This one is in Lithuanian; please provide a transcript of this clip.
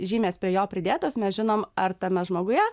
žymės prie jo pridėtos mes žinom ar tame žmoguje